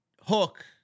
Hook